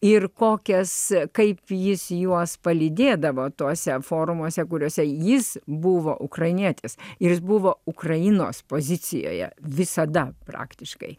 ir kokias kaip jis juos palydėdavo tuose forumuose kuriuose jis buvo ukrainietis ir buvo ukrainos pozicijoje visada praktiškai